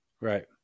Right